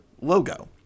logo